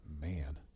man